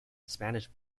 spanish